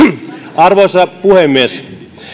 arvoisa puhemies